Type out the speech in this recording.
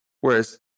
Whereas